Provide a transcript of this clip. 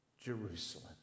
Jerusalem